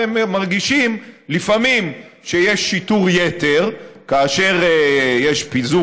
והם מרגישים לפעמים שיש שיטור יתר כאשר יש פיזור